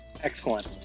Excellent